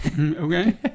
Okay